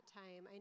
time